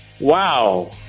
wow